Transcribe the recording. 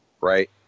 Right